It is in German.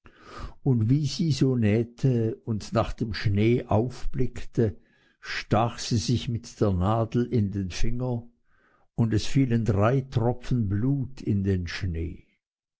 und wie sie so nähte und nach dem schnee aufblickte stach sie sich mit der nadel in den finger und es fielen drei tropfen blut in den schnee